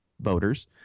voters